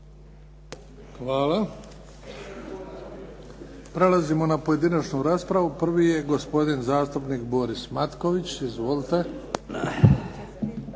Hvala.